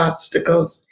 obstacles